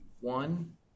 one